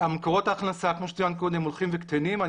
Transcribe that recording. מקורות ההכנסה הולכים וקטנים כמו שצוין קודם.